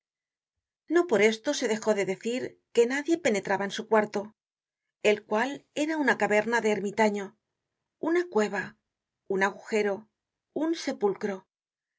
no por esto se dejó de decir que nadie penetraba en su cuarto el cual era una caverna de ermitaño una cueva un agujero un sepulcro